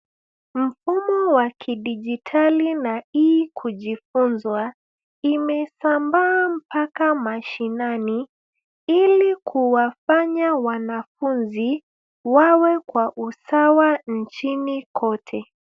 Mfumo wa kidijitali na E-kujifunza imesambaa mpaka mashinani ili kuwafanya wanafunzi wawe kwa usawa nchini kote.